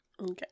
Okay